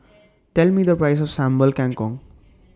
Tell Me The Price of Sambal Kangkong